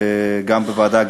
גם בוועדה,